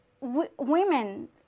Women